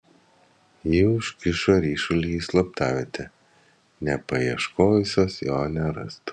ji užkišo ryšulį į slaptavietę nepaieškojusios jo nerastų